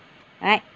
right